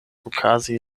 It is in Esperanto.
okazi